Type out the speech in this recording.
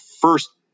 first